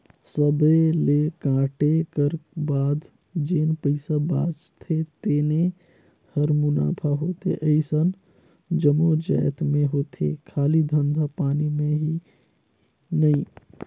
सबे ल कांटे कर बाद जेन पइसा बाचथे तेने हर मुनाफा होथे अइसन जम्मो जाएत में होथे खाली धंधा पानी में ही नई